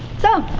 so,